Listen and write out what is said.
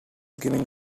giving